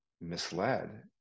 misled